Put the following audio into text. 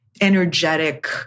energetic